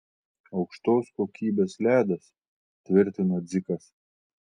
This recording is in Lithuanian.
aukštos kokybės ledas tvirtino dzikas